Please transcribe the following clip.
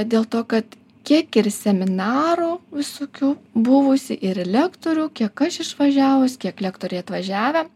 dėl to kad kiek ir seminarų visokių buvusi ir lektorių kiek aš išvažiavus kiek lektoriai atvažiavę